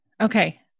Okay